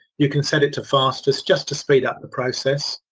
you can set it to fastest, just to speed up the process.